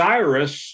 Cyrus